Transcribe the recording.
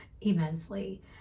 immensely